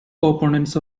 opponents